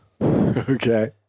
Okay